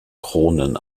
kronen